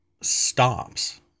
stops